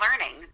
learning